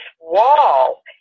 wall